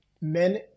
men